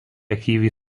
aktyviai